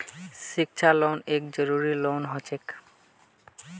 शिक्षा लोन एक जरूरी लोन हछेक